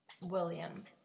William